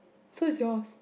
so is yours